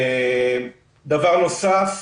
דבר נוסף,